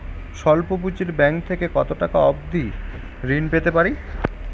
স্বল্প পুঁজির ব্যাংক থেকে কত টাকা অবধি ঋণ পেতে পারি?